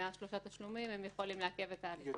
מהשלושה תשלומים הם יכולים לעכב את ההליכים.